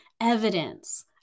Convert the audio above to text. evidence